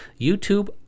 YouTube